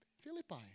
Philippi